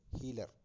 healer